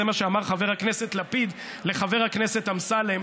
זה מה שאמר חבר הכנסת לפיד לחבר הכנסת אמסלם,